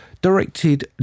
Directed